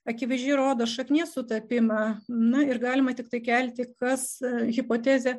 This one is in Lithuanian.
akivaizdžiai rodo šaknies sutapimą na ir galima tiktai kelti kas hipotezę